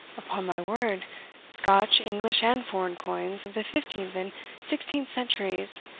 upon my word scotch, english, and foreign coins, of the fifteenth and sixteenth centuries,